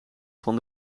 van